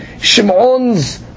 Shimon's